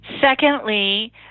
Secondly